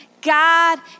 God